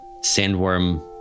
Sandworm